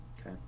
Okay